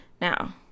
Now